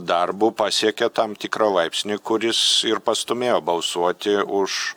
darbu pasiekė tam tikrą laipsnį kuris ir pastūmėjo balsuoti už